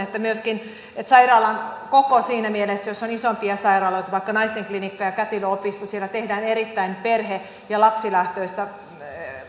myöskin että sairaalan koko vaikuttaa siinä mielessä että jos on isompia sairaaloita vaikka naistenklinikka ja kätilöopisto siellä tehdään erittäin perhe ja lapsilähtöistä